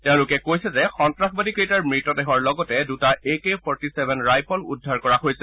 তেওঁলোকে কৈছে যে সন্তাসবাদীকেইটাৰ মৃতদেহৰ লগতে দুটা এ কে ফৰ্টিছেভেন ৰাইফল উদ্ধাৰ কৰা হৈছে